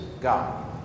God